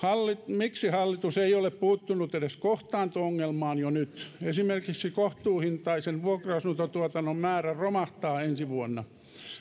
miksi hallitus ei ole puuttunut edes kohtaanto ongelmaan jo nyt esimerkiksi kohtuuhintaisen vuokra asuntotuotannon määrä romahtaa ensi vuonna